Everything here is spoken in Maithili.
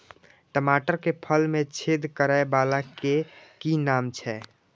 टमाटर के फल में छेद करै वाला के कि नाम छै?